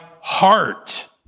heart